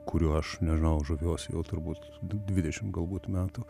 kuriuo aš nežinau žaviuos jau turbūt d dvidešim galbūt metų